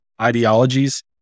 ideologies